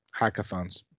Hackathons